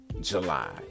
July